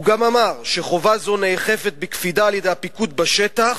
הוא גם אמר שחובה זו נאכפת בקפידה על-ידי הפיקוד בשטח,